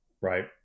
Right